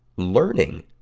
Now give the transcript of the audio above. learning